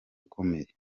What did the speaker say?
ikomeye